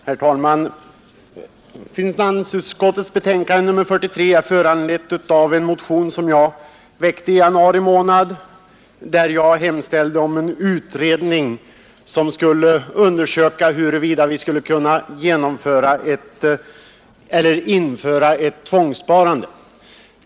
Herr talman! Finansutskottets betänkande nr 43 är föranlett av en motion som jag väckte i januari månad, där jag hemställde om en utredning i syfte att undersöka huruvida man skulle kunna införa ett tvångssparande.